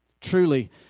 Truly